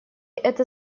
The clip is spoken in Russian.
это